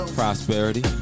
prosperity